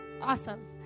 Awesome